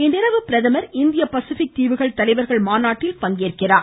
இன்று இரவு பிரதமர் இந்திய பசிபிக் தீவுகள் தலைவர்களின் மாநாட்டில் பங்கேற்கிறார்